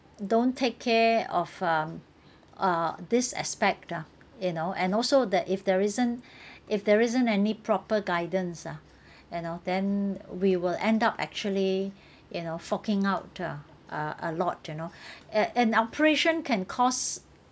don't take care of um uh this aspect ah you know and also that if there isn't if there isn't any proper guidance ah you know then we will end up actually you know forking out uh uh a lot you know and an operation can cost